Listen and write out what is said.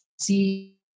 see